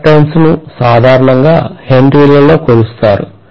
inductance ను సాధారణంగా హెన్రీలలో కొలుస్తారు